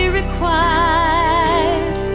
required